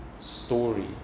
story